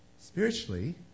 spiritually